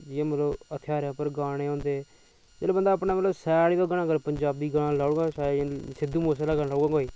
जियां मतलव हथियारें पर गाने होंदे जेह्लै बंदे सैर करदे होई सिध्दु मूसेआह्लै दे गाने लाईडे